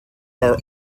are